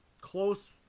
close